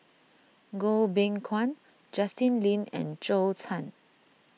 Goh Beng Kwan Justin Lean and Zhou Can